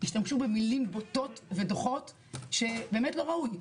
השתמשו במילים בוטות ודוחות שבאמת לא ראוי.